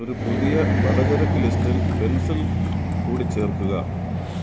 ഒരു പുതിയ പലചരക്ക് ലിസ്റ്റിൽ പെൻസിൽ കൂടിച്ചേർക്കുക